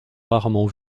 rarement